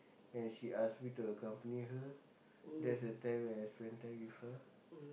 and she ask me to accompany her that's the time when I spend time with her